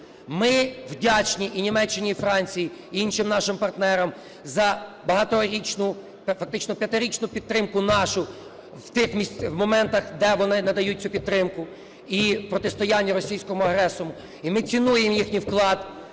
Ми вдячні і Німеччині, і Франції, і іншим нашим партнерам за багаторічну, фактично п'ятирічну підтримку нашу в тих моментах, де вони надають ці підтримку, і в протистоянні російському агресору. І ми цінуємо їхній вклад